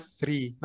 three